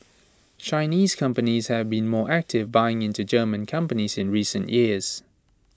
Chinese companies have been more active buying into German companies in recent years